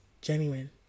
genuine